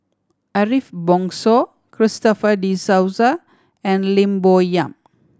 Ariff Bongso Christopher De Souza and Lim Bo Yam